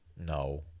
No